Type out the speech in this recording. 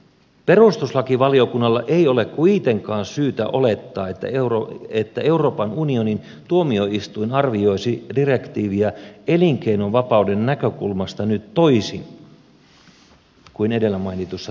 perustuslakivaliokunnalla ei ole kuitenkaan syytä olettaa että euroopan unionin tuomioistuin arvioisi direktiiviä elinkeinovapauden näkökulmasta nyt toisin kuin edellä mainitussa tuomiossa